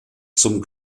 zum